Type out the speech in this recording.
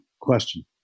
question